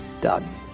done